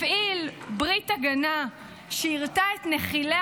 הפעיל ברית הגנה שיירטה את נחילי